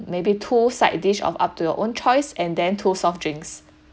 maybe two side dish of up to your own choice and then two soft drinks